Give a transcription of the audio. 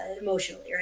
emotionally